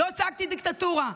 לא צעקתי דיקטטורה,